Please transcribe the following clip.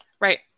Right